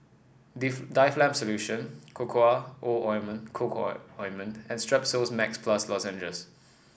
Difflam Solution O Ointment Coco O Ointment and Strepsils Max Plus Lozenges